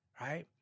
right